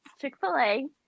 Chick-fil-A